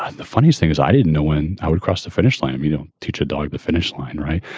ah the funny thing is, i didn't know when i would cross the finish line. you don't teach a dog the finish line, right.